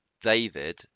David